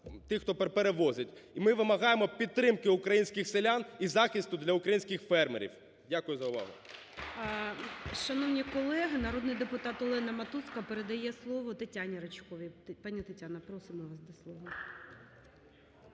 тих, хто перевозить. І ми вимагаємо підтримки українських селян і захисту для українських фермерів. Дякую за увагу.